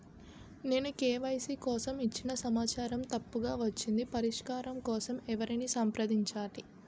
నేను కే.వై.సీ కోసం ఇచ్చిన సమాచారం తప్పుగా వచ్చింది పరిష్కారం కోసం ఎవరిని సంప్రదించాలి?